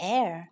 Air